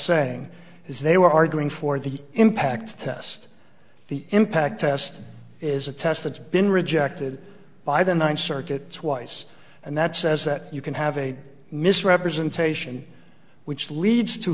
saying is they were arguing for the impact test the impact test is a test that's been rejected by the ninth circuit twice and that says that you can have a misrepresentation which leads to